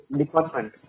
department